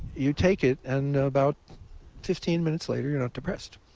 you take it, and about fifteen minutes later you're not depressed.